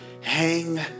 Hang